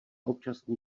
občasný